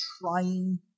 trying